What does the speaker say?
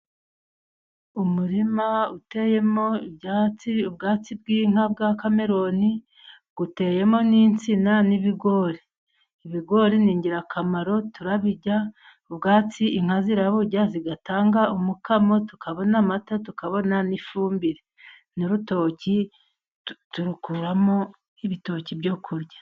Umurima uteyemo ibyatsi, ubwatsi bw'inka bwa kameroni uteyemo n'insina n'ibigori. Ibigori ni ingirakamaro turabirya, ubwatsi inka ziraburya, zigatanga umukamo, tukabona amata, tukabona n'ifumbire. Urutoki turukuramo ibitoki byo kurya.